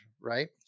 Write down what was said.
right